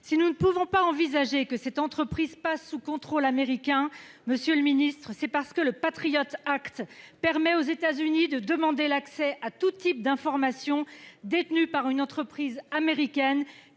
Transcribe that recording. Si nous ne pouvons pas envisager que cette entreprise passe sous contrôle américain, monsieur le ministre, c'est parce que le Patriot Act permet au Gouvernement américain de demander l'accès à tout type d'information détenue par une entreprise américaine,